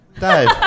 Dave